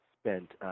spent